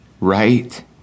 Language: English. Right